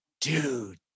dude